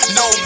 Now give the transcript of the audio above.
no